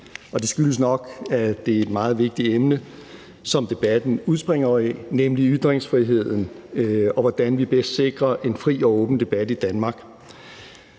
det skyldes nok, at det er et meget vigtigt emne, som debatten udspringer af, nemlig ytringsfriheden, og hvordan vi bedst sikrer en fri og åben debat i Danmark.